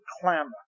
clamor